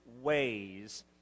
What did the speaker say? ways